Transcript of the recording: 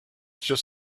just